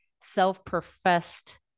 self-professed